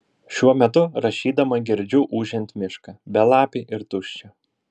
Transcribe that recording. šiuo metu rašydama girdžiu ūžiant mišką belapį ir tuščią